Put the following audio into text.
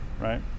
right